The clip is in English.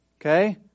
Okay